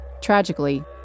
Tragically